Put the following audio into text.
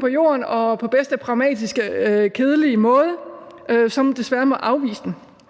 på jorden og på bedste pragmatiske, kedelige måde desværre må afvise det.